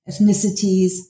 ethnicities